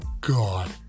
God